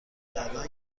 کردن